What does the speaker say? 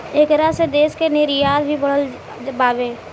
ऐकरा से देश के निर्यात भी बढ़ल बावे